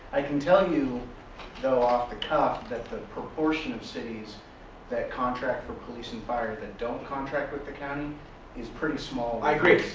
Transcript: i can tell you though off the cuff that the proportion of cities that contract for police and fire that don't contract with the county is pretty small. i agree.